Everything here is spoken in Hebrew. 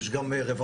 ויש גם רווחה.